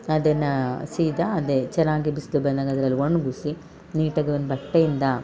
ಅದನ್ನು ಸೀದಾ ಅದೆ ಚೆನ್ನಾಗಿ ಬಿಸಿಲು ಬಂದಾಗ ಅದರಲ್ಲಿ ಒಣ್ಗಿಸಿ ನೀಟಾಗಿ ಒಂದು ಬಟ್ಟೆಯಿಂದ